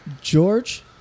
George